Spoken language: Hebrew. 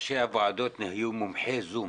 מרדכי ברקוביץ נמצא?